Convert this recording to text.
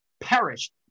perished